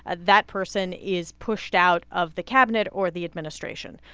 that person is pushed out of the cabinet or the administration.